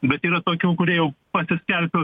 bet yra tokių kurie jau pasiskelp